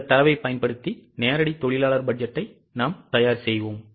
இந்தத் தரவைப் பயன்படுத்தி நேரடி தொழிலாளர் பட்ஜெட்டை தயார் செய்வோம்